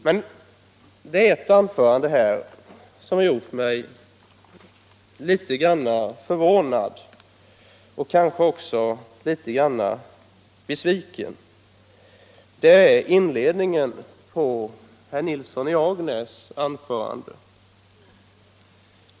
Men det är ett av de tidigare anförandena som har gjort mig litet grand förvånad och kanske också en smula besviken, nämligen inledningen av herr Nilssons i Agnäs anförande.